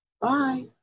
Bye